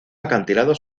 acantilado